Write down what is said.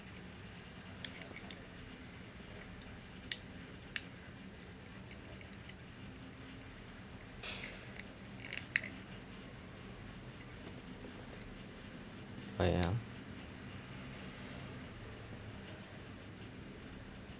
ah ya